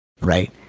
Right